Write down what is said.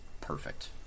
perfect